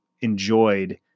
enjoyed